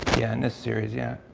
yeah, in this series, yeah.